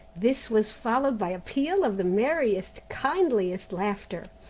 this was followed by a peal of the merriest, kindliest laughter,